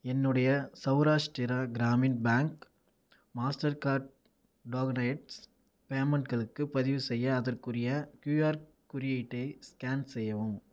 என்னுடைய Saurashtra Gramin bank master card tokenise பேமெண்ட்களுக்கு பதிவுசெய்ய அதற்குரிய கியூஆர் குறியீட்டை ஸ்கேன் செய்யவும்